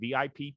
VIP